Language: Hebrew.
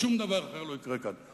שום דבר אחר לא יקרה כאן.